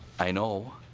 i know